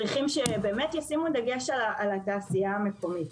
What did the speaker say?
צריכים שבאמת ישימו דגש על התעשייה המקומית.